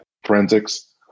forensics